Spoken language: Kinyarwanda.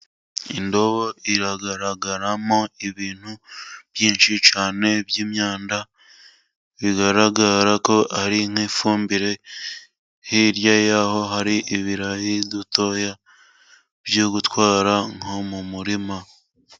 Indobo iragaragaramo ibintu byinshi cyane by'imyanda, bigaragara ko ari nk'ifumbire, hirya y'aho hari ibirayi, dutoya byo gutwara nko mu murima.